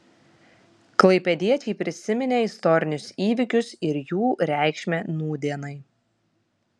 klaipėdiečiai prisiminė istorinius įvykius ir jų reikšmę nūdienai